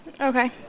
Okay